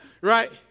Right